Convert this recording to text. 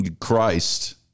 Christ